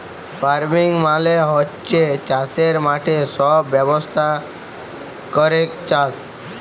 farming মালে হচ্যে চাসের মাঠে সব ব্যবস্থা ক্যরেক চাস